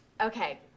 okay